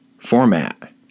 Format